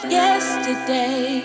yesterday